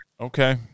Okay